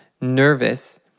nervous